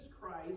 Christ